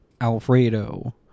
alfredo